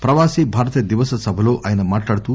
ప్రవాసీ భారతీయ దివస్ సభలో ఆయన మాట్లాడుతూ